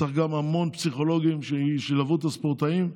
צריך גם המון פסיכולוגים שילוו את הספורטאים.